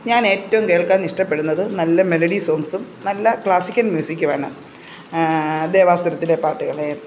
ഞാൻ ഏറ്റവും കേൾക്കാൻ ഇഷ്ടപ്പെടുന്നത് നല്ല മെലഡി സോങ്ങ്സും നല്ല ക്ലാസിക്കൽ മ്യൂസിക്കുമാണ് ദേവാസുരത്തിലെ പാട്ടുകൾ